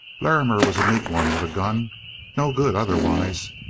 larrimer was a neat one with a gun no good otherwise.